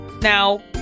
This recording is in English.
Now